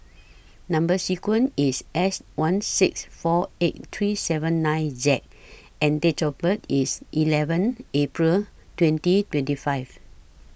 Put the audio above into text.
Number sequence IS S one six four eight three seven nine Z and Date of birth IS eleven April twenty twenty five